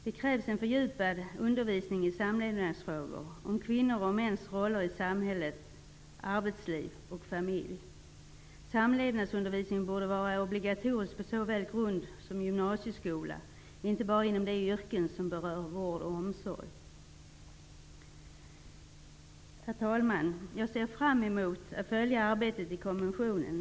Det krävs en fördjupad undervisning i samlevnadsfrågor om kvinnors och mäns roller i samhälle, arbetsliv och familj. Samlevnadsundervisning borde vara obligatorisk på såväl grund som gymnasieskola, inte bara inom utbildningen till yrken som rör vård och omsorg. Herr talman! Jag ser fram emot att följa arbetet i kommissionen.